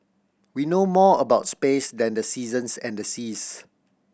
we know more about space than the seasons and the seas